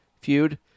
feud